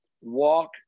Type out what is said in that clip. Walk